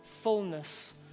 fullness